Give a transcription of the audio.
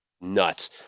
nuts